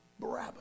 Barabbas